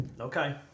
Okay